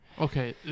Okay